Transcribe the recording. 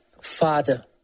Father